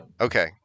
Okay